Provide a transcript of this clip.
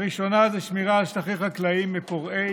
הראשונה היא שמירה על שטחים חקלאיים מפורעי